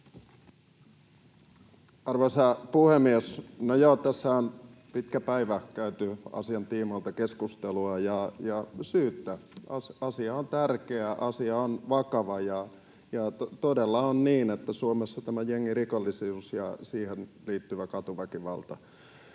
Arvoisa puhemies! No joo, tässä on pitkä päivä käyty asian tiimoilta keskustelua ja syystä: asia on tärkeä, asia on vakava, ja todella on niin, että Suomessa jengirikollisuus ja siihen liittyvä katuväkivalta